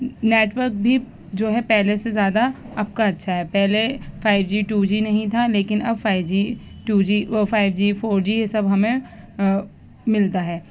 network بھی جو ہے پہلے سے زیادہ اب کا اچھا ہے پہلے فائیو جی ٹو جی نہیں تھا لیکن اب فائیو جی ٹو جی وہ فائیو جی فور جی یہ سب ہمیں ملتا ہے